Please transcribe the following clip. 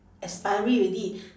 expiry already